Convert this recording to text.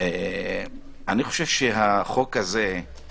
אני חושב שהחוק הזה הוא